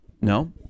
No